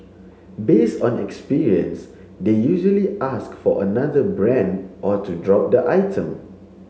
based on experience they usually ask for another brand or to drop the item